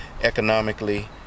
economically